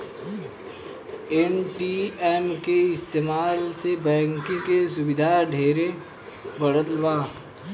ATM के इस्तमाल से बैंकिंग के सुविधा ढेरे बढ़ल बा